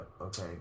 Okay